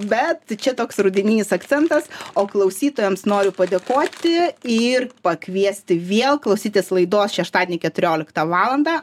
bet čia toks rudeninis akcentas o klausytojams noriu padėkoti ir pakviesti vėl klausytis laidos šeštadienį keturioliktą valandą